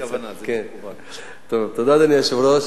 אדוני היושב-ראש,